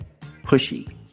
pushy